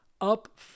up